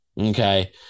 Okay